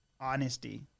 honesty